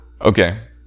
okay